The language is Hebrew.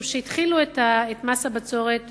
משום שהתחילו את מס הבצורת